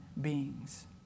beings